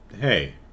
hey